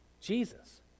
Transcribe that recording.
Jesus